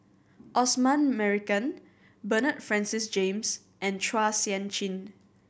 Osman Merican Bernard Francis James and Chua Sian Chin